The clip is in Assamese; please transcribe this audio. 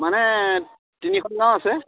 মানে তিনিখন গাঁও আছে